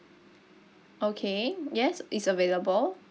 okay yes it's available